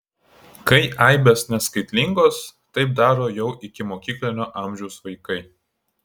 kai aibės neskaitlingos taip daro jau ikimokyklinio amžiaus vaikai